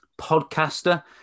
podcaster